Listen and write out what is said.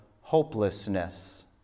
hopelessness